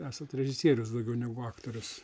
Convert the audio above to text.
esat režisierius daugiau negu aktorius